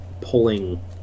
pulling